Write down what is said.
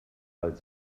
alt